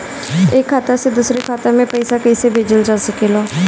एक खाता से दूसरे खाता मे पइसा कईसे भेजल जा सकेला?